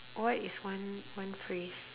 what is one one phrase